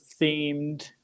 themed